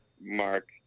Mark